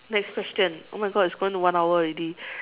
next question oh my God it's going to one hour already